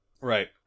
Right